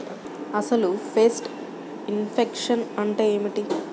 అసలు pest infection అంటే ఏమిటి?